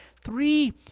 three